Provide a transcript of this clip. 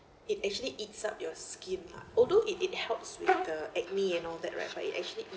it actually eats up your skin ah although it it helps with the acne and all that right but it actually